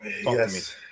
Yes